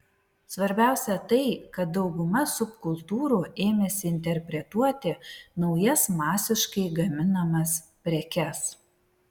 svarbiausia tai kad dauguma subkultūrų ėmėsi interpretuoti naujas masiškai gaminamas prekes